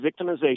victimization